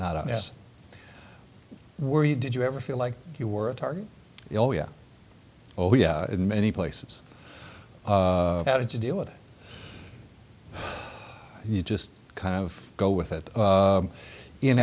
as were you did you ever feel like you were a target oh yeah oh yeah in many places how to deal with it you just kind of go with it